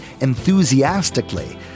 enthusiastically